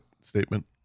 statement